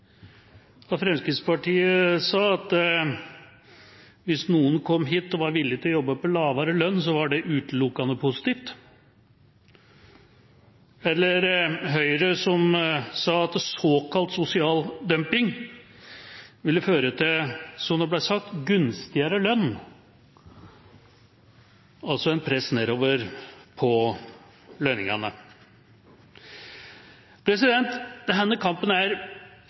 Fremskrittspartiet sa at hvis noen kom hit og var villige til å jobbe for lavere lønn, var det utelukkende positivt, eller Høyre, som sa at såkalt sosial dumping ville føre til, som det ble sagt, gunstigere lønn, altså et press nedover på lønningene. Denne kampen er